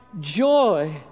joy